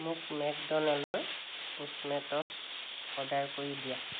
মোক মেকড'নেল্ডৰ Postmates order কৰি দিয়া